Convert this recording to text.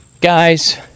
Guys